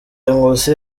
nkusi